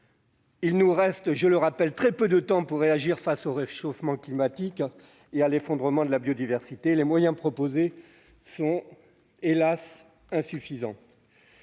Il nous reste très peu de temps pour réagir face au réchauffement climatique et à l'effondrement de la biodiversité. Les moyens proposés sont hélas, à cet